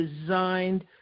designed